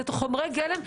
אלה חומרי גלם.